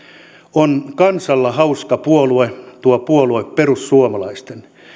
on kansalla hauska puolue tuo puolue perussuomalaisten